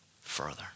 further